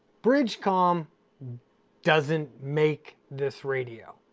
bridgecom doesn't make this radio.